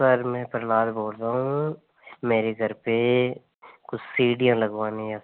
sir में प्रह्लाद बोल रहा हूँ मेरे घर पर कुछ सीढ़ियाँ लगवानी है